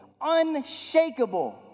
unshakable